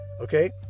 okay